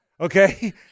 Okay